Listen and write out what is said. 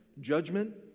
judgment